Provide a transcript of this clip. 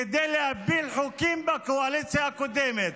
כדי להפיל חוקים בקואליציה הקודמת.